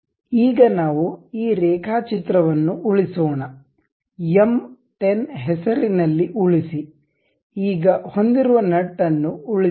ಈಗ ನಾವು ಈ ರೇಖಾಚಿತ್ರವನ್ನು ಉಳಿಸೋಣ ಎಂ 10 ಹೆಸರಿನಲ್ಲಿ ಉಳಿಸಿ ಈಗ ಹೊಂದಿರುವ ನಟ್ ಅನ್ನು ಉಳಿಸೋಣ